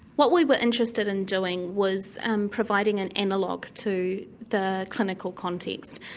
what we were interested in doing was and providing an analogue to the clinical context.